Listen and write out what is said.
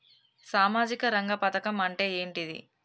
సామాజిక రంగ పథకం అంటే ఏంటిది?